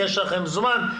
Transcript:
יש לכם זמן.